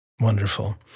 Wonderful